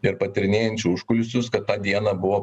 ir patarinėjančių užkulisius kad tą dieną buvo